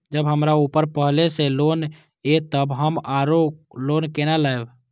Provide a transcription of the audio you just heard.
जब हमरा ऊपर पहले से लोन ये तब हम आरो लोन केना लैब?